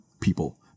people